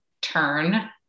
turn